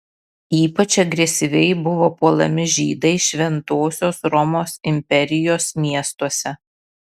ypač agresyviai buvo puolami žydai šventosios romos imperijos miestuose